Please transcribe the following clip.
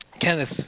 Kenneth